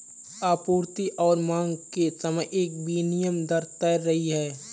आपूर्ति और मांग के समय एक विनिमय दर तैर रही है